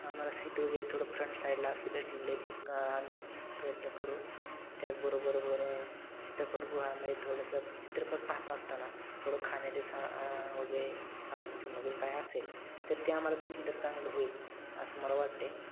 आम्हाला सीट वगैरे थोडं फ्रंट साईडला असले भेटले जे का आम्ही प्रयत्न करू त्याचबरोबर चित्रपटगृहामध्ये थोडंसं चित्रपट पाहत असताना थोडं खाण्याचे सा आ वगैरे साधन सामग्री काय असेल तर ते आम्हाला भेटले तर चांगलं होईल असं मला वाटते